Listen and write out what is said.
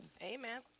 Amen